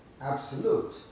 Absolute